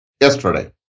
yesterday